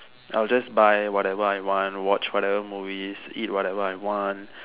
I would buy whatever I want watch whatever movies eat whatever I want